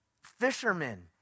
fishermen